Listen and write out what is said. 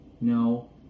No